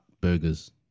burgers –